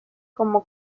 como